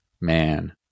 man